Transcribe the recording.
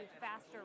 faster